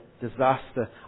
disaster